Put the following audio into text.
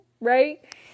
right